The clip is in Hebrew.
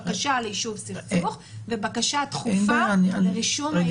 בקשה ליישוב סכסוך ובקשה דחופה לרישום הילד בבית הספר.